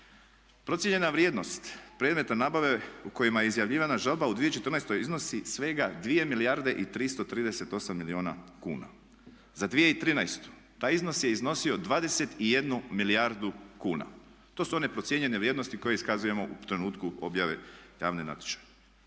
Procijenjena vrijednost predmeta nabave u kojima je izjavljivana žalba u 2014. iznosi svega 2 milijarde i 338 milijuna kuna. Za 2013. taj iznos je iznosio 21 milijardu kuna. To su one procijenjene vrijednosti koje iskazujemo u trenutku objave javnog natječaja.